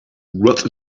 what